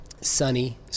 sunny